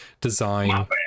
design